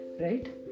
right